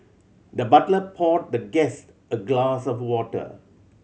the butler poured the guest a glass of water